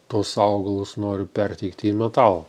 tuos augalus noriu perteikti į metalą